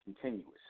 continuous